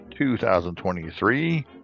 2023